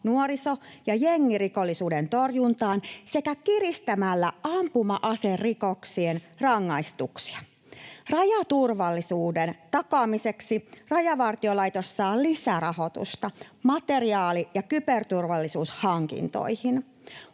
nuoriso- ja jengirikollisuuden torjuntaan sekä kiristämällä ampuma-aserikosten rangaistuksia. Rajaturvallisuuden takaamiseksi Rajavartiolaitos saa lisärahoitusta materiaali- ja kyberturvallisuushankintoihin.